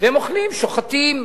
והם אוכלים, שוחטים.